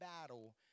battle